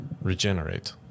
regenerate